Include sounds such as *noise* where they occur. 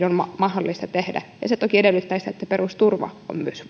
*unintelligible* on mahdollista se toki edellyttää sitä että myös *unintelligible*